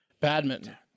Badminton